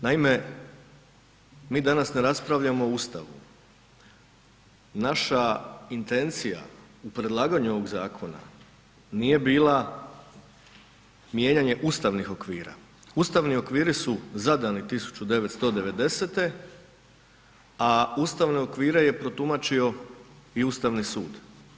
Naime, mi danas ne raspravljamo o Ustavu, naša intencija u predlaganju ovog zakona nije bila mijenjanje ustavnih okvira, ustavni okviri su zadani 1990., a ustavne okvire je protumačio i Ustavni sud.